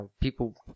people